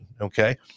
okay